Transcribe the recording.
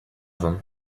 them